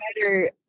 better